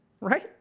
right